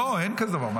לא, אין דבר כזה, מה זה.